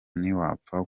ntiwapfa